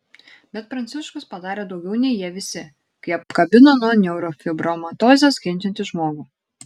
bet pranciškus padarė daugiau nei jie visi kai apkabino nuo neurofibromatozės kenčiantį žmogų